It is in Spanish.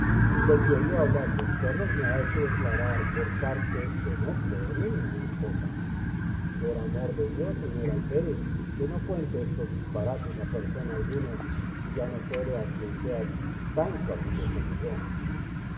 de que oyó hablar lo s perros me ha hecho declarar por la parte de no creelle ninguna cosa por amor de dios señor alférez que no cuente estos disparates a persona alguna si ya no fuere a quien sea tan su amigo como yo